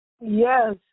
Yes